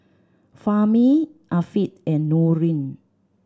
Fahmi Afiq and Nurin